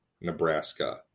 Nebraska